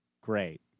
Great